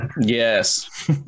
Yes